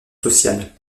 sociales